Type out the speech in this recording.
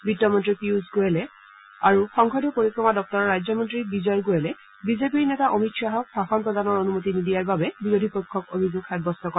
বিত্তমন্ত্ৰী পীয়ূষ গোৱেল আৰু সংসদীয় পৰিক্ৰমা দপ্তৰৰ ৰাজ্যমন্ত্ৰী বিজয় গোৱেলে বিজেপিৰ নেতা অমিত খাহক ভাষণ প্ৰদানৰ অনুমতি নিদিয়াৰ বাবে বিৰোধী পক্ষক অভিযোগ সাব্যস্ত কৰে